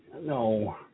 No